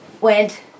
went